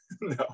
No